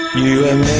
you and